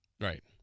Right